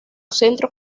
centro